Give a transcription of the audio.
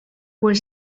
were